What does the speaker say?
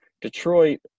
Detroit